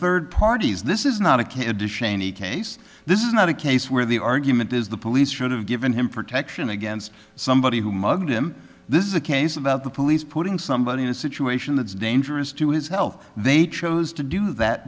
third parties this is not a kid dish any case this is not a case where the argument is the police should have given him protection against somebody who mugged him this is a case about the police putting somebody in a situation that's dangerous to his health they chose to do that